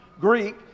Greek